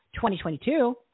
2022